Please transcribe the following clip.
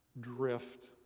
drift